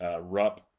Rupp